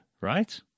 right